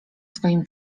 swoim